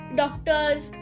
doctors